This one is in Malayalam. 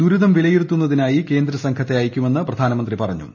ദുരിതം വിലയിരുത്തുന്നതിനായി കേന്ദ്രസംഘത്തെ അയയ്ക്കുമെന്ന് പ്രധാനമന്ത്രി പറഞ്ഞു